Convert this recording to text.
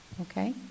Okay